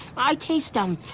i taste, um,